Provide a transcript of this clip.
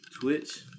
Twitch